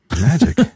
magic